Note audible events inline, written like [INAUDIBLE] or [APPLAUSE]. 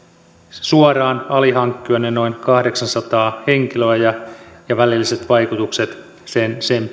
suoraan alihankkijoineen noin kahdeksansataa henkilöä ja ja välilliset vaikutukset sen sen [UNINTELLIGIBLE]